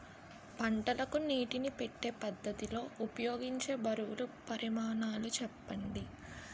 పంటలకు నీటినీ పెట్టే పద్ధతి లో ఉపయోగించే బరువుల పరిమాణాలు చెప్పండి?